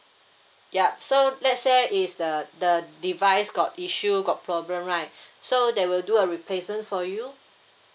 yup so let's say is the the device got issue got problem right so they will do a replacement for you